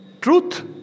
truth